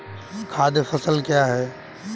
खाद्य फसल क्या है?